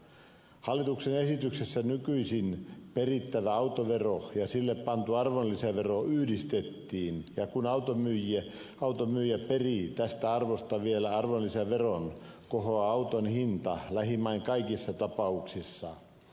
hallituksen esityksessä nykyisin perittävä autovero ja sille pantu arvonlisävero yhdistettiin ja kun auton myyjä perii tästä arvosta vielä arvonlisäveron kohoaa auton hinta lähimain kaikissa tapauksissa